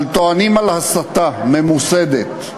אבל טוענים על הסתה ממוסדת,